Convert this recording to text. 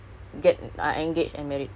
really ah that one I don't know sia